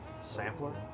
sampler